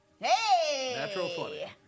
Hey